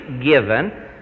given